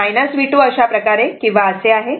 तेव्हा हे V2 अशाप्रकारे किंवा असे आहे